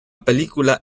película